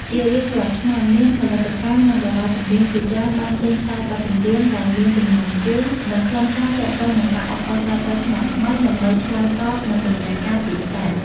ជារៀងរាល់ឆ្នាំ មានផលិតកម្ម និងតារាចម្រៀងជាច្រើនបានចេញផ្សាយបទចម្រៀងដែលមានចំណងជើង និងខ្លឹមសារទាក់ទងនឹងការអបអរសាទរឆ្នាំថ្មី ដើម្បីឆ្លើយតបនឹងតម្រូវការទីផ្សារ។